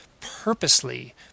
purposely